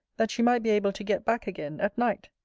that she might be able to get back again at night.